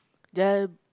the